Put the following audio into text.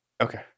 okay